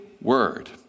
word